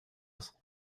ist